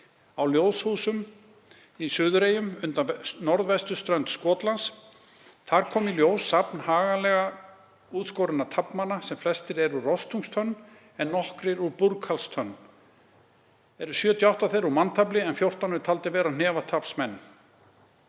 á Ljóðhúsum í Suðureyjum, undan norðvesturströnd Skotlands. Þar kom í ljós safn haglega útskorinna taflmanna sem flestir eru úr rostungstönn en nokkrir úr búrhvalstönn. Eru 78 þeirra úr manntafli en 14 eru taldir hafa verið hnefataflsmenn.